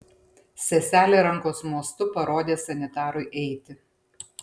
seselė rankos mostu parodo sanitarui eiti